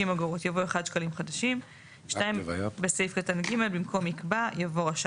החוק מאפשר כיום הגדלת הסכום עד 60 אגורות במנגנון שנקבע בחוק